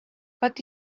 but